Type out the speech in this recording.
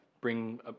bring